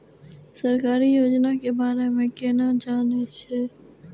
सरकारी योजना के बारे में केना जान से?